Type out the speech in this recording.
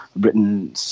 written